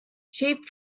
sheep